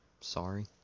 sorry